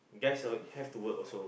guys always have to work also